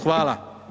Hvala.